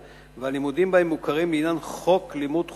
והלימודים בהם מוכרים לעניין חוק לימוד חובה,